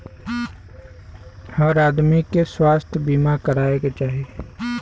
हर आदमी के स्वास्थ्य बीमा कराये के चाही